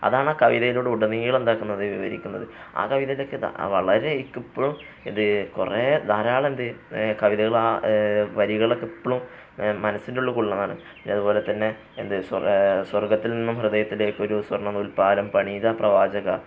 അതാണ് ആ കവിതയിലൂടെ ഉടനിളം എന്താക്കുന്നത് വിവരിക്കുന്നത് ആ കവിതയിലൊക്കെ വളരെ എനിക്കെപ്പോഴും ഇത് കുറേ ധാരാളം എന്താണ് കവിതകള് ആ വരികളൊക്കെ ഇപ്പോഴും മനസ്സിന്റെയുള്ളില് കൊള്ളുന്നതാണ് പിന്നെ അതുപോലെ തന്നെ എന്താണ് സ്വര്ഗത്തിൽ നിന്നും ഹൃദയത്തിലേക്കൊരു സ്വർണ്ണനൂൽപ്പാലം പണിത പ്രവാചക